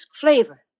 flavor